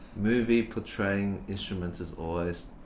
movie portraying instruments is always.